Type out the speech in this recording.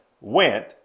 went